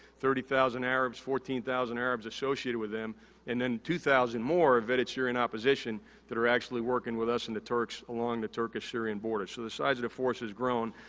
thirty thousand arabs, fourteen thousand arabs associated with them and then two thousand more vetted syrian opposition that are actually working with us and the turks along the turkish syrian border. so, the size of the force has grown.